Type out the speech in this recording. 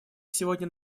сегодня